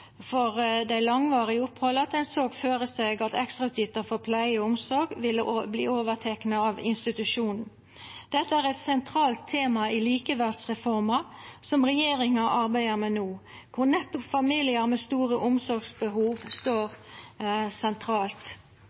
dei langvarige opphalda ein såg føre seg at ekstrautgifter for pleie og omsorg ville verta overtekne av institusjonen. Dette er eit sentralt tema i likeverdsreforma, som regjeringa arbeider med no, der nettopp familiar med store omsorgsbehov står sentralt.